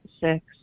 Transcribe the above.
six